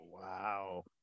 Wow